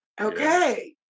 Okay